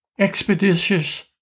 expeditious